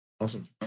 Awesome